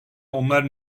onlar